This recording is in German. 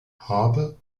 habe